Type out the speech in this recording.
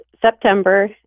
September